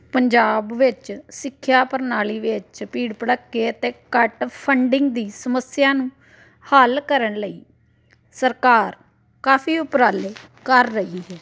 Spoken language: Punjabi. ਪੰਜਾਬ ਵਿੱਚ ਸਿੱਖਿਆ ਪ੍ਰਣਾਲੀ ਵਿੱਚ ਭੀੜ ਭੜੱਕੇ ਅਤੇ ਘੱਟ ਫੰਡਿੰਗ ਦੀ ਸਮੱਸਿਆ ਨੂੰ ਹੱਲ ਕਰਨ ਲਈ ਸਰਕਾਰ ਕਾਫੀ ਉਪਰਾਲੇ ਕਰ ਰਹੀ ਹੈ